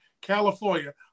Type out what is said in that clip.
California